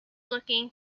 looking